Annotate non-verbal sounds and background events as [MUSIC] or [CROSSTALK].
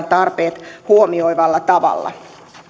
[UNINTELLIGIBLE] tarpeet huomioivalla tavalla